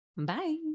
Bye